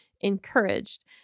encouraged